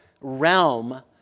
realm